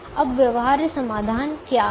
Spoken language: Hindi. अब व्यवहार्य समाधान क्या है